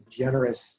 generous